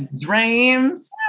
dreams